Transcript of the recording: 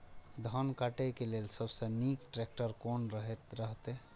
धान काटय के लेल सबसे नीक ट्रैक्टर कोन रहैत?